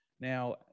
Now